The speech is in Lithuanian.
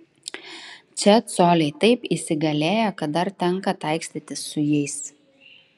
čia coliai taip įsigalėję kad dar tenka taikstytis su jais